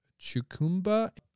Chukumba